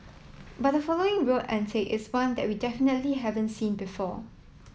but the following road antic is one that we definitely haven't seen before